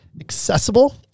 accessible